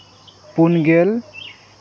ᱯᱩᱱ ᱜᱮ